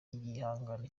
igihangano